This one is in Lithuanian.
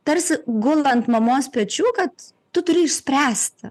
tarsi gula ant mamos pečių kad tu turi išspręsti